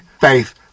faith